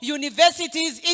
universities